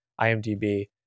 imdb